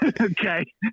Okay